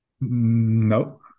no